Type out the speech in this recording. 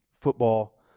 Football